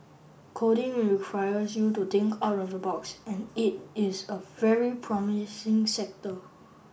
coding requires you to think out of the box and it is a very promising sector